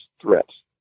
threats